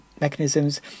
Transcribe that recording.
mechanisms